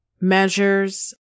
measures